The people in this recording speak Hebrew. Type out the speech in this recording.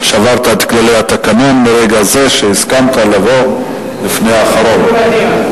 שברת את כללי התקנון מרגע זה כשהסכמת לבוא לפני האחרון.